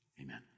Amen